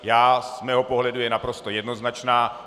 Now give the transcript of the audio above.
Z mého pohledu je naprosto jednoznačná.